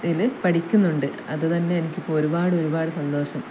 ഇതിൽ പഠിക്കുന്നുണ്ട് അതുതന്നെ എനിക്ക് ഇപ്പോൾ ഒരുപാട് ഒരുപാട് സന്തോഷം